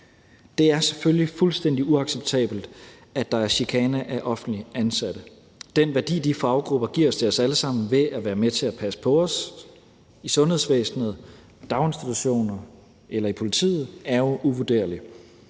Det er selvfølgelig fuldstændig uacceptabelt, at der er chikane af offentligt ansatte. Den værdi, de faggrupper giver til os alle sammen ved at være med til at passe på os i sundhedsvæsenet, i daginstitutioner eller i politiet, er jo uvurderlig.